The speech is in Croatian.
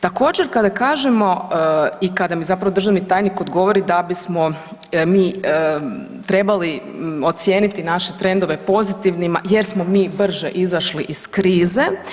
Također kada kažemo i kad nam zapravo državni tajnik odgovori da bismo mi trebali ocijeniti naše trendove pozitivnima jer smo mi brže izašli iz krize.